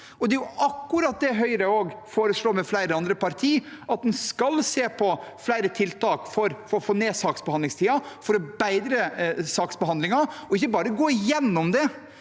Det er akkurat det Høyre, med flere andre partier, foreslår: at en skal se på flere tiltak for å få ned saksbehandlingstiden for å bedre saksbehandlingen, og ikke bare gå gjennom det,